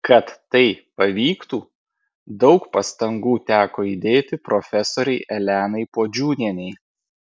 kad tai pavyktų daug pastangų teko įdėti profesorei elenai puodžiūnienei